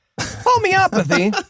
homeopathy